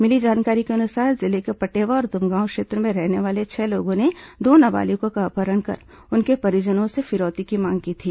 मिली जानकारी के अनुसार जिले के पटेवा और तुमगांव क्षेत्र के रहने वाले छह लोगों ने दो नाबालिगों का अपहरण कर उनके परिजनों से फिरौती की मांग की थी